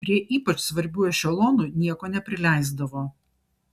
prie ypač svarbių ešelonų nieko neprileisdavo